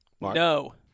No